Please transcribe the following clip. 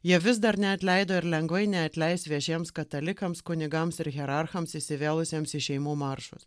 jie vis dar neatleido ir lengvai neatleis viešiems katalikams kunigams ir hierarchams įsivėlusiems į šeimų maršus